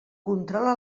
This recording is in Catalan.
controla